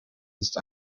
ist